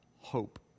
hope